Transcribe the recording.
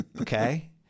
Okay